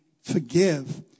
forgive